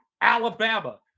Alabama